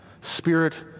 Spirit